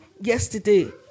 yesterday